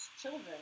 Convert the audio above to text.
children